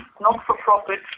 Not-for-profit